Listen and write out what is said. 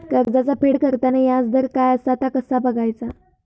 कर्जाचा फेड करताना याजदर काय असा ता कसा बगायचा?